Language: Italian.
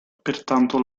pertanto